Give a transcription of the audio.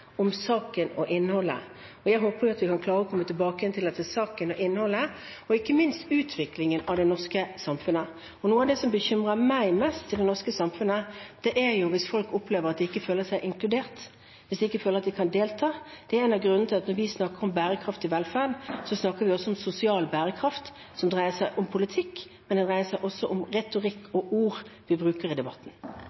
om saken og innholdet. Jeg håper vi kan klare å komme tilbake igjen til at det er om saken og innholdet, og ikke minst om utviklingen av det norske samfunnet. Noe av det som bekymrer meg mest i det norske samfunnet, er hvis folk opplever at de ikke føler seg inkludert, hvis de ikke føler at de kan delta. Det er en av grunnene til at når vi snakker om bærekraftig velferd, snakker vi også om sosial bærekraft, som dreier seg om politikk, men det dreier seg også om retorikk